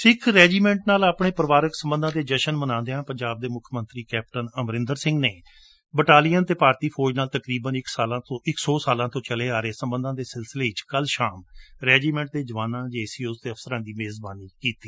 ਸਿੱਖ ਰੈਜੀਮੈੱਟਾਂ ਨਾਲ ਆਪਣੇ ਪਰਵਿਾਰਕ ਸਬੰਧਾਂ ਦੇ ਜਸ਼ਨ ਮਨਾਉਂਦਿਆਂ ਪੰਜਾਬ ਦੇ ਮੁੱਖਮੰਤਰੀ ਕੈਪਟਨ ਅਮਰਿੰਦਰ ਸਿੰਘ ਨੇ ਬਟਾਲੀਅਨ ਅਤੇ ਭਾਰਤੀ ਫੌਜ ਨਾਲ ਤਕਰੀਬਨ ਇੱਕ ਸੌ ਸਾਲਾਂ ਤੋਂ ਚਲੇ ਆ ਰਹੇ ਸਬੰਧਾਂ ਦੇ ਸਿਲਸਿਲੇ ਵਿੱਚ ਕੱਲ੍ ਸ਼ਾਮ ਰੈਜੀਮੈਂਟ ਦੇ ਜਵਾਨਾਂ ਜੇਸੀਓਜ਼ ਅਤੇ ਅਪਸਰਾਂ ਦੀ ਮੇਜਬਾਨੀ ਕੀਤੀ